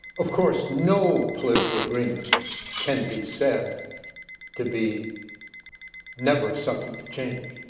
of course, no political agreement can be said to be never subject to change.